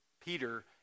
Peter